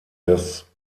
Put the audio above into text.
des